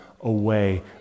away